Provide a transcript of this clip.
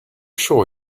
sure